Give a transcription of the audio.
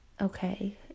okay